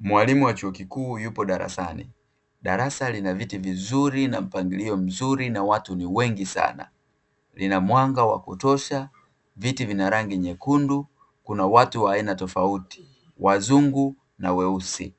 Mwalimu wa chuo kikuu yupo darasani. Darasa lina viti vizuri, na mpangilio mzuri, na watu ni wengi sana. Lina mwanga wa kutosha, viti vina rangi nyekundu; kuna watu wa aina tofauti wazungu, na weusi.